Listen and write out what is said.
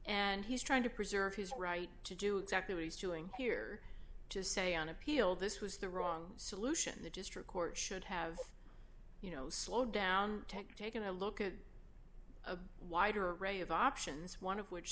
and he's trying to preserve his right to do exactly what he's doing here just say on appeal this was the wrong solution the district court should have you know slow down tech taking a look at a wider array of options one of which